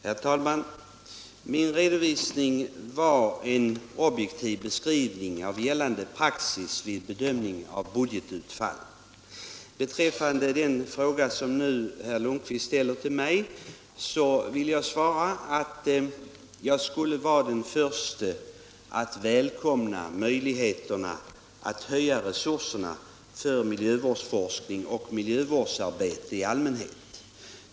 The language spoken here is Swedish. Herr talman! Min redovisning var en objektiv beskrivning av gällande praxis vid bedömningen av budgetutfall. Beträffande den fråga som herr Lundkvist ställt till mig vill jag svara . att jag skulle vara den förste att välkomna möjligheter att öka resurserna till miljövårdsforskning och miljövårdsarbete i allmänhet.